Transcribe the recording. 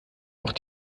auch